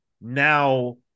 now